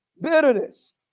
Bitterness